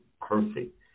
perfect